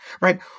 right